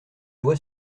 loi